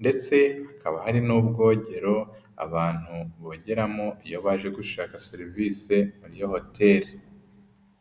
ndetse hakaba hari n'ubwogero abantu bogeramo iyo baje gushaka serivise muri iyo hoteri.